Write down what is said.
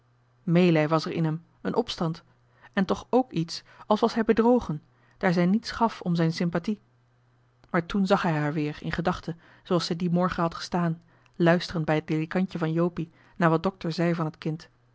meelij was er in hem een opstand en toch k iets als was hij bedrogen daar zij niets om zijn sympathie gaf maar toen zag zijn gedachte haar weer zoo als ze dien morgen had gestaan luisterend bij het ledikantje van jopie naar wat dokter zei van het kind